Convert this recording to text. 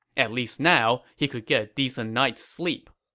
at least now he could get a decent night's sleep